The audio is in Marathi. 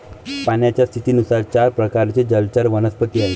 पाण्याच्या स्थितीनुसार चार प्रकारचे जलचर वनस्पती आहेत